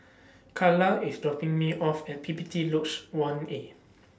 Karla IS dropping Me off At P P T Lodge one A